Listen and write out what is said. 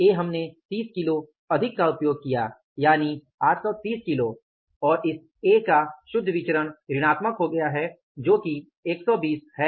ए हमने 30 किलो अधिक का उपयोग किया यानि 830 किलो का और इस A का शुद्ध विचरण ऋणात्मक हो गया है जो कि 120 है